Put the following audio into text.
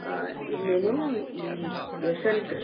ఇది నేను ఈ ఎస్సెల్గ్